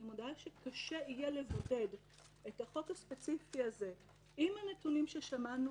אני מודה שקשה יהיה לבודד את החוק הספציפי הזה עם הנתונים ששמענו